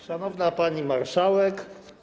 Szanowna Pani Marszałek!